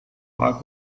pak